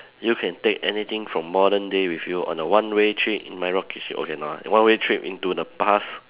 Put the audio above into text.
you can take anything from modern day with you on the one way trip in my rocket ship okay no lah one way trip into the past